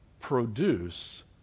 produce